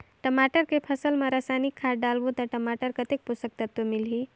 टमाटर के फसल मा रसायनिक खाद डालबो ता टमाटर कतेक पोषक तत्व मिलही?